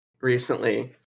recently